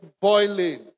boiling